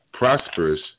Prosperous